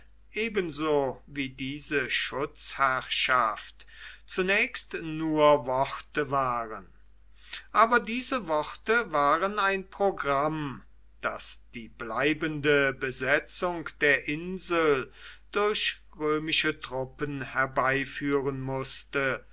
ebenso wie diese schutzherrschaft zunächst nur worte waren aber diese worte waren ein programm das die bleibende besetzung der insel durch römische truppen herbeiführen maßte